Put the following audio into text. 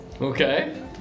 Okay